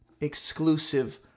exclusive